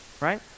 right